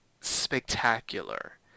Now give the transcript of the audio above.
spectacular